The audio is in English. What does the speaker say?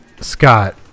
Scott